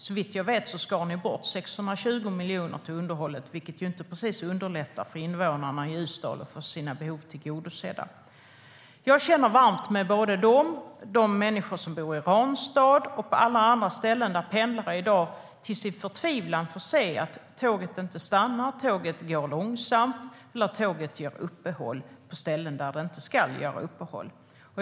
Såvitt jag vet skar ni bort 620 miljoner till underhållet, vilket inte precis underlättar för invånarna i Ljusdal att få sina behov tillgodosedda. Jag känner varmt med såväl dem som de människor som bor i Ramstad och på alla andra ställen där pendlare i dag till sin förtvivlan får se att tåget inte stannar, att tåget går långsamt eller att tåget gör uppehåll på ställen där det inte ska göra uppehåll.